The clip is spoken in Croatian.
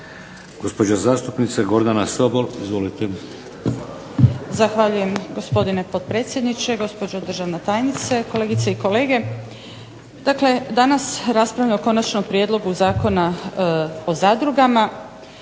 Gospođa zastupnica Gordana Sobol. Izvolite. **Sobol, Gordana (SDP)** Zahvaljujem gospodine potpredsjedniče, gospođo državna tajnice, kolegice i kolege. Danas raspravljamo o Konačnom prijedlogu Zakona o zadrugama,